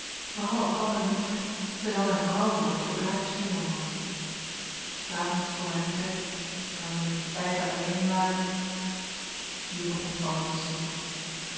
wij hadden elkander lief zij zou mijn vrouw worden zoodra ik stuurman was s avonds voor mijn vertrek daar wij met ons beiden alleen waren hier begon sander te snikken